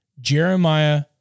jeremiah